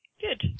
Good